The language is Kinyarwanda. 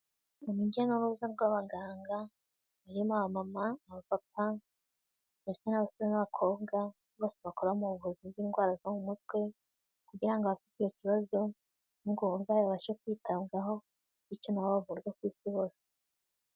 Urujya n'uruza rw'abaganga barimo abamama, abapapa ndetse n'abasore n'abakobwa bose bakora mu buvuzi bw'indwara zo mu mutwe kugira ngo abafite ikibazo cy'ubwo burwayi babashe kwitabwaho bityo na bo bavurwe ku isi hose.